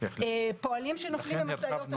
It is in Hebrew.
פועלים שנופלים ממשאיות אשפה ולא נספרים.